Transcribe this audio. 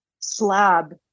slab